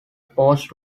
post